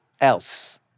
else